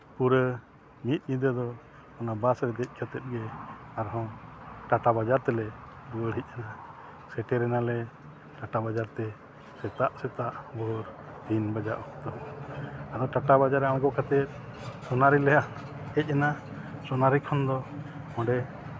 ᱯᱩᱨᱟᱹ ᱢᱤᱫ ᱧᱤᱫᱟᱹ ᱫᱚ ᱚᱱᱟ ᱵᱟᱥ ᱨᱮ ᱫᱮᱡ ᱠᱟᱛᱮ ᱜᱮ ᱟᱨ ᱦᱚᱸ ᱴᱟᱴᱟ ᱵᱟᱡᱟᱨ ᱛᱮᱞᱮ ᱨᱩᱣᱟᱹᱲ ᱦᱮᱡ ᱮᱱᱟ ᱥᱮᱴᱮᱨ ᱮᱱᱟᱞᱮ ᱴᱟᱴᱟ ᱵᱟᱡᱟᱨᱛᱮ ᱥᱮᱛᱟᱜ ᱥᱮᱛᱟᱜ ᱵᱷᱳᱨ ᱛᱤᱱ ᱵᱟᱡᱟ ᱚᱠᱛᱚ ᱟᱫᱚ ᱴᱟᱴᱟ ᱵᱟᱡᱟᱨ ᱨᱮ ᱟᱲᱜᱚ ᱠᱟᱛᱮ ᱥᱳᱱᱟᱨᱤᱞᱮ ᱦᱮᱡ ᱮᱱᱟ ᱥᱳᱱᱟᱨᱤ ᱠᱷᱚᱱ ᱫᱚ ᱚᱸᱰᱮ